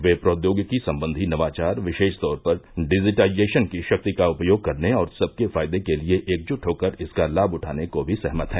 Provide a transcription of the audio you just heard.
ये प्रौद्योगिकी संबंधी नवाचार विशेष तौर पर डिजिटाइजेशन की शक्ति का उपयोग करने और सबके फायदे के लिए एकजुट होकर इसका लाभ उठाने को भी सहमत हैं